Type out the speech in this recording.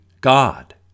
God